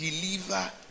Deliver